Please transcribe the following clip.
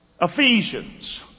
Ephesians